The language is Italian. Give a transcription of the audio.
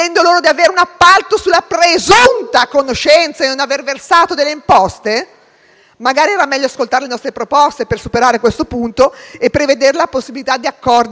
della presunta conoscenza di non aver versato delle imposte? Magari era meglio ascoltare le nostre proposte per superare questo punto e prevedere la possibilità di accordi di rientro.